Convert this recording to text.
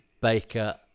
Baker